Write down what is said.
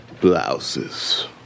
Blouses